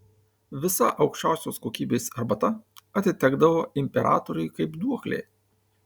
visa aukščiausios kokybės arbata atitekdavo imperatoriui kaip duoklė